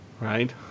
right